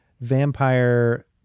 vampire